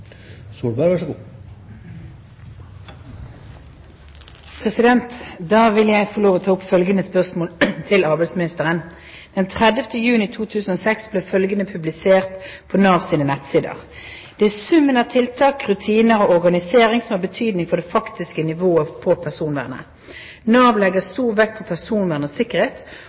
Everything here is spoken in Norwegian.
Solberg. Da vil jeg få stille følgende spørsmål til arbeidsministeren: «Den 30. juni 2006 ble følgende publisert på Navs nettsider: «Det er summen av tiltak, rutiner og organisering som har betydning for det faktiske nivået på personvernet. Nav legger stor vekt på personvern og sikkerhet,